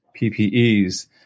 PPEs